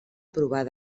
provar